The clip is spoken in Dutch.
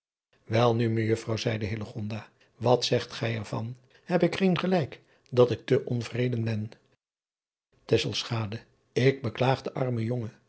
elnu ejuffrouw zeide wat zegt gij er van heb ik geen gelijk dat ik te onvreden ben k beklaag den armen jongen